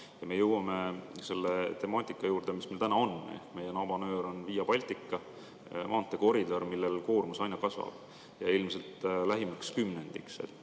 Me jõuame selle temaatika juurde, mis meil täna on. Meie nabanöör on Via Baltica, maanteekoridor, millel koormus aina kasvab ja ilmselt on see nii